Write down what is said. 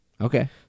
Okay